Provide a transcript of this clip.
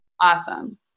Awesome